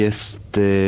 Este